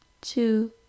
two